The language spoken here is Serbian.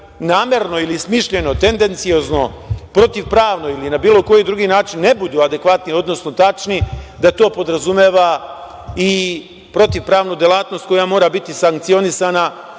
namerno ili smišljeno, tendenciozno, protivpravno ili na bilo koji drugi način ne budu adekvatni, odnosno tačni, da to podrazumeva i protivpravnu delatnost koja mora biti sankcionisana,